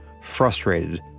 frustrated